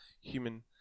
human